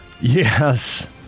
Yes